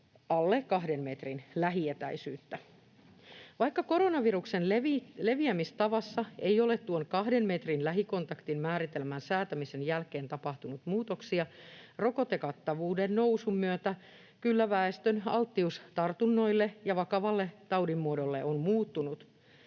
alle kahden metrin lähietäisyyttä. Vaikka koronaviruksen leviämistavassa ei ole tuon kahden metrin lähikontaktin määritelmän säätämisen jälkeen tapahtunut muutoksia, rokotekattavuuden nousun myötä väestön alttius tartunnoille ja vakavalle tautimuodolle on kyllä muuttu-nut,